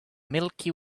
milky